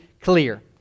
clear